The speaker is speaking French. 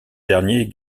dernier